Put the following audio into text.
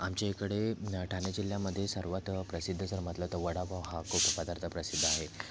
आमच्या इकडे ठाने जिल्ह्यामधे सर्वात प्रसिद्ध जर म्हतलं तर वडापाव हा खूप पदार्थ प्रसिद्ध आहे